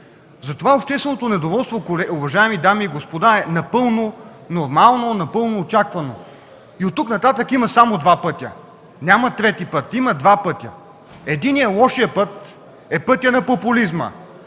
Затова общественото недоволство, уважаеми дами и господа, е напълно нормално, напълно очаквано. Оттук нататък има само два пътя – няма трети. Единият е лошият път – пътят на популизма,